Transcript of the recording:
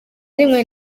rimwe